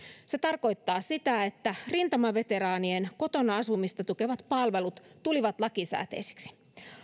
se tarkoittaa sitä että rintamaveteraanien kotona asumista tukevat palvelut tulivat lakisääteisiksi